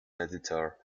editor